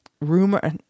rumor